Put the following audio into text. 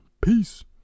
peace